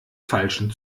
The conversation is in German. falschen